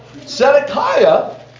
Zedekiah